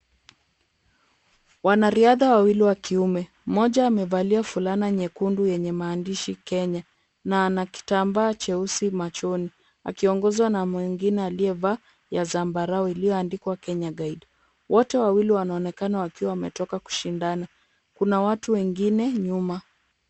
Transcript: Wanariadha wawili wa kiume, mmoja amevalia fulana nyekundu yenye maandishi Kenya, na ana kitambaa cheusi machoni, akiongozwa na mwingine aliyevaa ya zambarau iliyoandikwa Kenya guide , wote wawili wanaonekana wakiwa wametoka kushindana, kuna watu wengine nyuma.